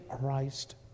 Christ